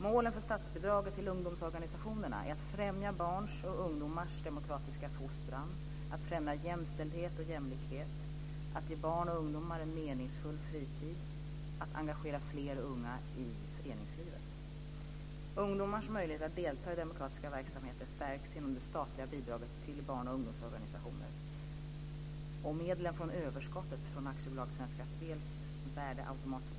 Målen för statsbidraget till ungdomsorganisationerna är att främja barns och ungdomars demokratiska fostran, att främja jämställdhet och jämlikhet, att ge barn och ungdomar en meningsfull fritid och att engagera fler unga i föreningslivet. Ungdomars möjligheter att delta i demokratiska verksamheter stärks genom det statliga bidraget till barn och ungdomsorganisationer och medlen från överskottet från AB Svenska Spels värdeautomatspel.